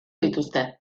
dituzte